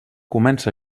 comença